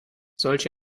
solche